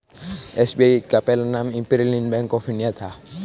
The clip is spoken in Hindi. एस.बी.आई का पहला नाम इम्पीरीअल बैंक ऑफ इंडिया था